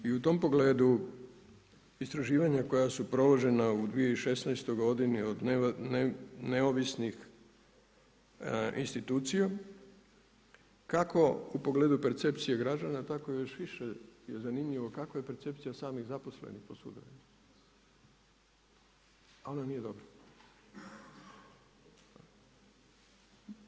I u tom pogledu istraživanja koja su provođena u 2016. godini od neovisnih institucija kako u pogledu percepcije građana tako još više je zanimljivo kako je percepcija samih zaposlenih po sudovima, a ona nije dobra.